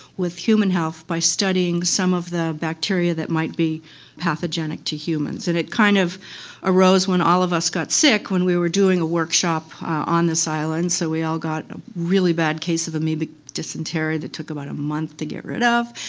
with human health, by studying some of the bacteria that might be pathogenic to humans, and it kind of arose when all of us got sick when we were doing a workshop on this island, so we all got a really bad case of amoebic dysentery that took about a month to get rid of.